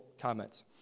comments